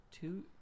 two